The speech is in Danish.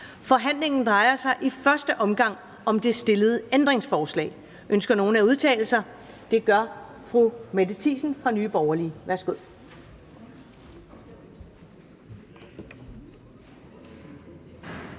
Forhandlingen drejer sig i første omgang om det stillede ændringsforslag. Ønsker nogen at udtale sig? Det gør fru Mette Thiesen fra Nye Borgerlige. Værsgo.